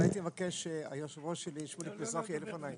אני מבקש שהיושב-ראש שלי שמוליק מזרחי יהיה לפניי.